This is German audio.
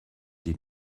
die